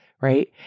right